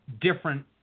different